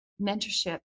mentorship